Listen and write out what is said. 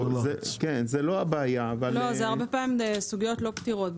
הרבה פעמים אלה סוגיות לא פתירות.